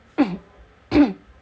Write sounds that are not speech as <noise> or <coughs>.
<coughs>